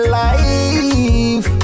life